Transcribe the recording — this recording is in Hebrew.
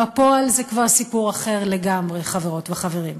בפועל, זה כבר סיפור אחר לגמרי, חברות וחברים.